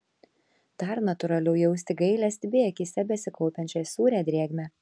dar natūraliau jausti gailestį bei akyse besikaupiančią sūrią drėgmę